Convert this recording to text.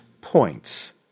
points